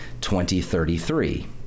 2033